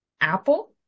Apple